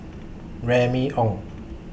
Remy Ong